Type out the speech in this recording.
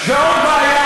זה לא ההתנחלויות,